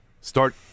start